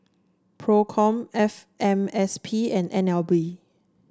Procom F M S P and N L B